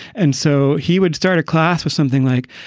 and so he would start a class with something like.